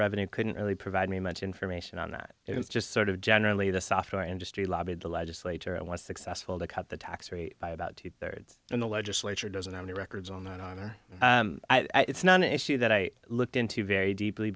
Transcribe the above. revenue couldn't really provide me much information on that it was just sort of generally the software industry lobbied the legislature i was successful to cut the tax rate by about two thirds in the legislature doesn't have the records on that honor it's not an issue that i looked into very deeply